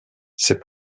c’est